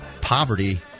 poverty